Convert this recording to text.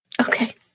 Okay